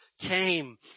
came